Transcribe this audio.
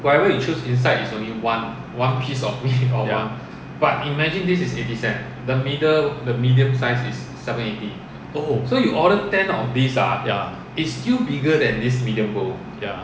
ya oh ya ya